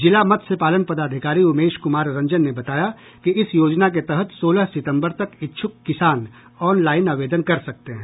जिला मत्स्य पालन पदाधिकारी उमेश कुमार रंजन ने बताया कि इस योजना के तहत सोलह सितंबर तक इच्छुक किसान ऑनलाइन आवेदन कर सकते हैं